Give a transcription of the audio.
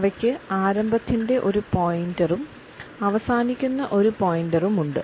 അവയ്ക്ക് ആരംഭത്തിന്റെ ഒരു പോയിന്റും അവസാനിക്കുന്ന ഒരു പോയിന്റും ഉണ്ട്